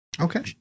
Okay